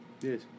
Yes